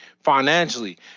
financially